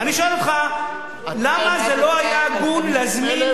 אני שואל אותך למה זה לא היה הגון להזמין,